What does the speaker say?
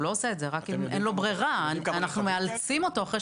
אחרי 12 חודשים אין לו ברירה, אנחנו מאלצים אותו.